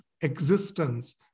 existence